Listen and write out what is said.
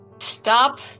Stop